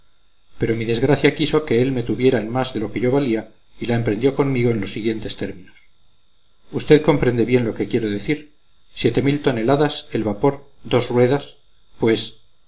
pero mi desgracia quiso que él me tuviera en más de lo que yo valía y la emprendió conmigo en los siguientes términos usted comprende bien lo que quiero decir siete mil toneladas el vapor dos ruedas pues